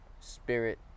spirit